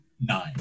nine